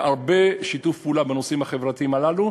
הרבה שיתוף פעולה בנושאים החברתיים הללו,